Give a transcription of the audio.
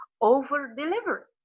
over-deliver